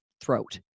throat